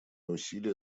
усилия